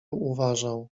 uważał